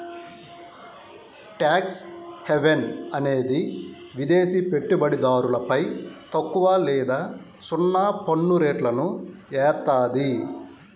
tax haven అనేది విదేశి పెట్టుబడిదారులపై తక్కువ లేదా సున్నా పన్నురేట్లను ఏత్తాది